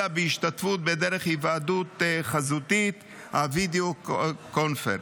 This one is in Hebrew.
אלא בהשתתפות דרך היוועדות חזותית, וידאו קונפרנס.